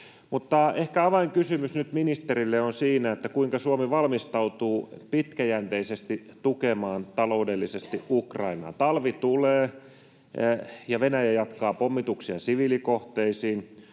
Mutta ehkä avainkysymys nyt ministerille on siinä, kuinka Suomi valmistautuu pitkäjänteisesti tukemaan taloudellisesti Ukrainaa. Talvi tulee, ja Venäjä jatkaa pommituksia siviilikohteisiin.